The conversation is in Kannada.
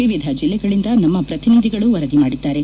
ವಿವಿಧ ಜಿಲ್ಲೆಗಳಿಂದ ನಮ್ಮ ಪ್ರತಿನಿಧಿಗಳು ವರದಿ ಮಾಡಿದ್ದಾರೆ